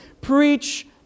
Preach